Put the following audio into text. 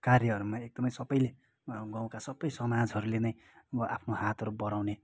कार्यहरूमा एकदमै सबैले गाउँका सबै समाजहरूले नै अब आफ्नो हातहरू बढाउने